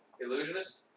Illusionist